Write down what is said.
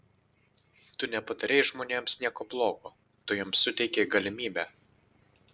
tu nepadarei žmonėms nieko blogo tu jiems suteikei galimybę